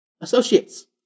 associates